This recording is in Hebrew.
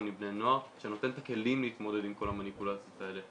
עם בני נוער שנותן כלים להתמודד עם כל המניפולציות האלה.